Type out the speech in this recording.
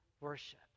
worship